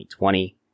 2020